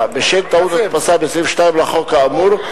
בעמוד 87. בשל טעות הדפסה בסעיף 2 לחוק האמור,